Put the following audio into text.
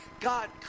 God